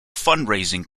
fundraising